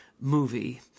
movie